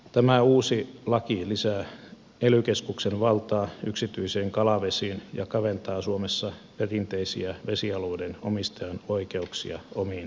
tämä uusi laki lisää ely keskuksen valtaa yksityisiin kalavesiin ja kaventaa suomessa perinteisiä vesialueiden omistajan oikeuksia omiin kalavesiinsä